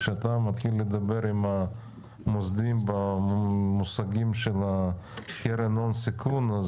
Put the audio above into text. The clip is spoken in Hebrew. כשאתה מתחיל לדבר עם המוסדיים במושגים של קרן הון סיכון,